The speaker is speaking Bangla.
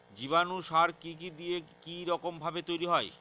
জীবাণু সার কি কি দিয়ে কি রকম ভাবে তৈরি হয়?